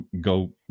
go